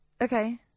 Okay